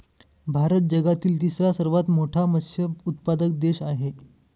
भारत जगातील तिसरा सर्वात मोठा मत्स्य उत्पादक देश आहे